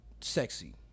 sexy